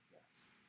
Yes